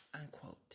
unquote